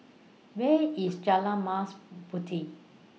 Where IS Jalan Mas Puteh